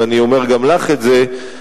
ואני אומר גם לך את זה,